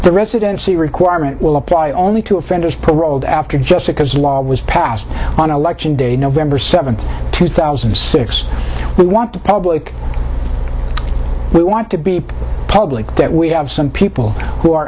the residency requirement will apply only to offenders paroled after jessica's law was passed on election day november seventh two thousand and six we want to public we want to be public that we have some people who are